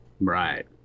right